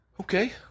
okay